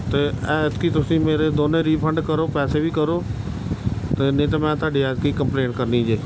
ਅਤੇ ਐਤਕੀ ਤੁਸੀਂ ਮੇਰੇ ਦੋਨੇ ਰੀਫੰਡ ਕਰੋ ਪੈਸੇ ਵੀ ਕਰੋ ਅਤੇ ਨਹੀਂ ਤਾਂ ਮੈਂ ਤੁਹਾਡੀ ਐਤਕੀ ਕੰਪਲੇਂਟ ਕਰਨੀ ਜੇ